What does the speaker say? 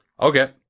Okay